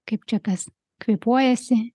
kaip čia kas kvėpuojasi